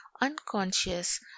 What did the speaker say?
unconscious